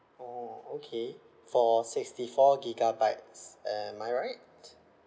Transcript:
oh okay for sixty four gigabytes am I right